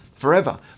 forever